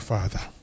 Father